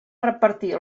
repartir